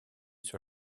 sur